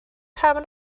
pam